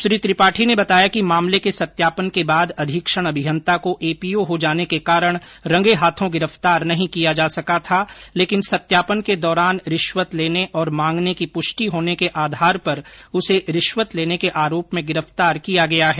श्री त्रिपाठी ने बताया कि मामले के सत्यापन के बाद अधीक्षण अभियंता को एपीओ हो जाने के कारण रंगे हाथों गिरफ्तार नहीं किया जा सका था लेकिन सत्यापन के दौरान रिश्वत लेने और मांगने की पुष्टि होने के आधार पर उसे रिश्वत लेने के आरोप में गिरफ्तार किया गया है